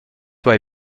why